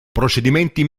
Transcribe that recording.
procedimenti